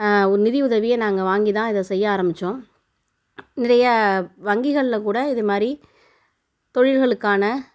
ஒரு நிதியுதவியை நாங்கள் வாங்கிதான் இதை செய்ய ஆரமித்தோம் நிறைய வங்கிகளில்கூட இது மாதிரி தொழில்களுக்கான